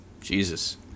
Jesus